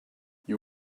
you